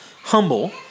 humble